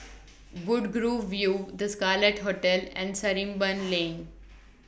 Woodgrove View The Scarlet Hotel and Sarimbun Lane